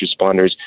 responders